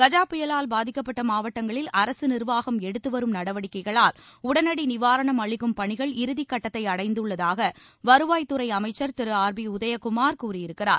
கஜா புயலால் பாதிக்கப்பட்ட மாவட்டங்களில் அரசு நிர்வாகம் எடுத்துவரும் நடவடிக்கைகளால் உடனடி நிவாரணம் அளிக்கும் பணிகள் இறுதி கட்டத்தை அடைந்துள்ளதாக வருவாய் துறை அமைச்சர் திரு ஆர் பி உதயகுமாா் கூறியிருக்கிறார்